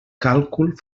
càlcul